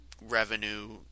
revenue